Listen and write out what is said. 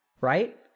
Right